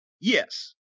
Yes